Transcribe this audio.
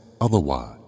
otherwise